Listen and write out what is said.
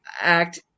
act